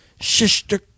Sister